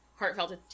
heartfelt